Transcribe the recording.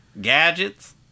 Gadgets